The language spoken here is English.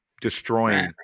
destroying